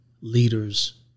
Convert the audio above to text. leaders